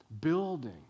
Building